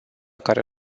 care